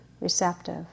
receptive